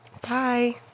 Bye